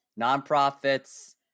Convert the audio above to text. nonprofits